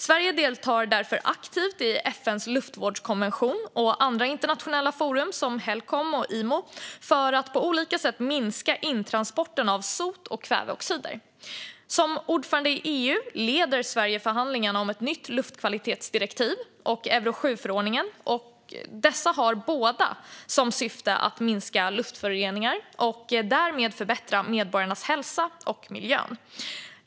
Sverige arbetar därför aktivt i FN:s luftvårdskonvention och andra internationella forum som Helcom och IMO för att på olika sätt minska intransporten av sot och kväveoxider. Som ordförande i EU leder Sverige förhandlingarna om ett nytt luftkvalitetsdirektiv och Euro 7-förordningen, som båda har som syfte att minska luftföroreningarna och därmed förbättra medborgarnas hälsa och miljön.